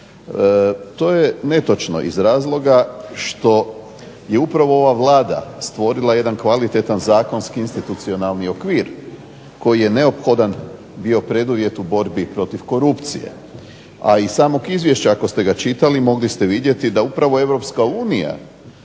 To je netočno iz razloga što je upravo ova Vlada stvorila jedan kvalitetan zakonski institucionalni okvir koji je neophodan bio preduvjetu borbi protiv korupcije. A iz samog izvješća ako ste ga čitali mogli ste vidjeti da upravo EU je,